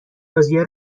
بازیا